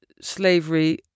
slavery